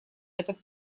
этот